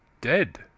Dead